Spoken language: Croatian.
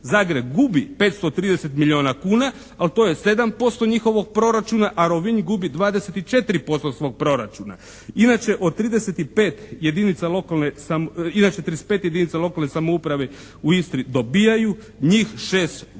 Zagreb gubi 530 milijuna kuna ali to je 7% njihovog proračuna a Rovinj gubi 24% svog proračuna. Inače 35 jedinica lokalne samouprave u Istri dobijaju, njih 6 gubi cca.